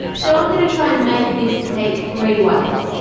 so i'm gonna try and make this cake three ways.